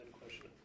question